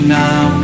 now